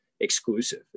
exclusive